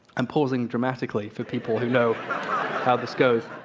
i'm pausing dramatically for people who know how this goes.